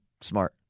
smart